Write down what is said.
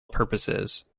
purposes